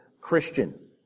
Christian